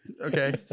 Okay